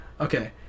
Okay